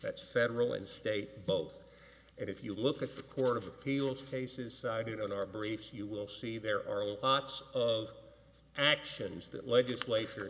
that's federal and state both and if you look at the court of appeals cases cited in our briefs you will see there are lots of actions that legislature